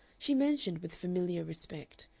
she mentioned, with familiar respect,